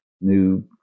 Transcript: new